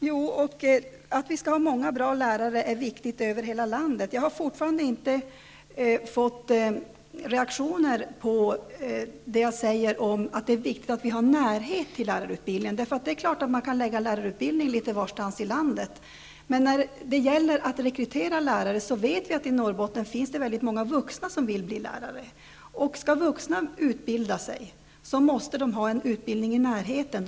Fru talman! Att vi har många bra lärare är viktigt för hela landet. Jag har fortfarande inte fått reaktion på det jag säger om närheten till lärarutbildningen. Det är klart att man kan lägga lärarutbildning litet varstans i landet, men när det gäller att rekrytera lärare vet vi att det i Norrbotten finns väldigt många vuxna som vill bli lärare. Skall vuxna kunna utbilda sig till lärare måste de ha en lärarutbildning i närheten.